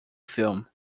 film